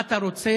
מה אתה רוצה?